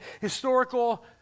historical